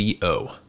co